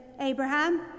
Abraham